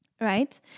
Right